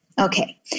Okay